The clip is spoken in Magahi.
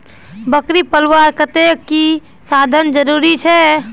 बकरी पलवार केते की की साधन जरूरी छे?